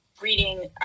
reading